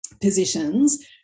positions